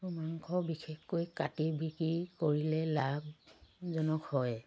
আৰু মাংস বিশেষকৈ কাটি বিক্ৰী কৰিলে লাভজনক হয়